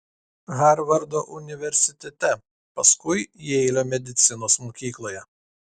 harvardo universitete paskui jeilio medicinos mokykloje